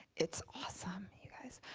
it's awesome you guys.